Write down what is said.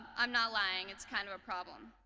i'm not lying. it's kind of a problem.